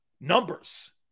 numbers